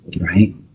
right